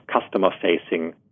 customer-facing